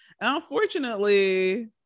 unfortunately